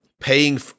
paying